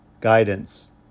guidance